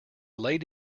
laid